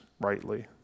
rightly